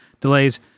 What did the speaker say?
delays